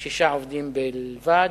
שישה עובדים בלבד.